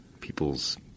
people's